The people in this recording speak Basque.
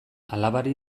alabari